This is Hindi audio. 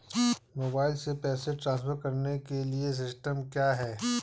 मोबाइल से पैसे ट्रांसफर करने के लिए सिस्टम क्या है?